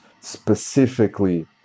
specifically